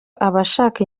abashaka